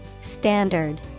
Standard